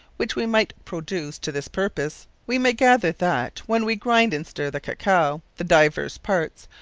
which we might produce to this purpose, we may gather, that, when we grind and stir the cacao, the divers parts,